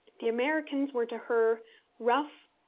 the americans were to her rough,